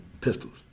Pistols